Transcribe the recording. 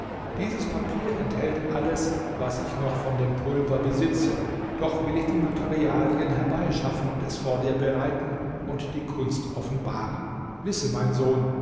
dieses papier enthält alles was ich noch von dem pulver besitze doch will ich die materialien herbeischaffen und es vor dir bereiten und die kunst offenbaren wisse mein sohn